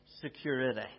security